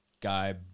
Guy